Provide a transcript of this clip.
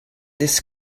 this